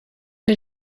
did